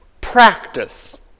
practice